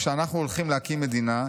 כשאנחנו הולכים להקים מדינה,